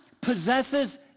possesses